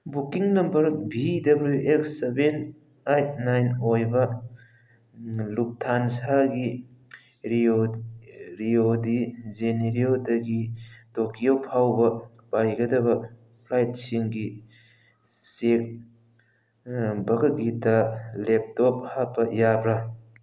booking number V W X seven eight nine ꯑꯣꯏꯕ ꯂꯨꯛꯊꯥꯟꯁꯥꯒꯤ Rio Rio de ꯖꯦꯅꯥꯏꯔꯤꯑꯣꯗꯒꯤ Tokyo ꯐꯥꯎꯕ ꯄꯥꯏꯒꯗꯕ ꯐ꯭ꯂꯥꯏꯠꯁꯤꯡꯒꯤ ꯆꯦꯛ ꯕꯒꯠꯒꯤꯗ ꯂꯦꯞꯇꯣꯞ ꯍꯥꯞꯄ ꯌꯥꯕ꯭ꯔ